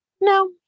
No